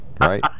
right